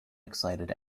excited